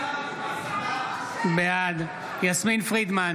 בעד יסמין פרידמן,